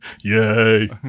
Yay